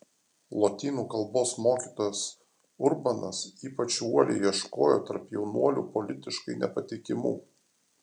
lotynų kalbos mokytojas urbanas ypač uoliai ieškojo tarp jaunuolių politiškai nepatikimų